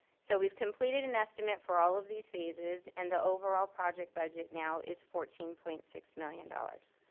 so we've completed an estimate for all of these phases and the overall project budget now is fourteen point six million dollars.